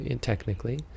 Technically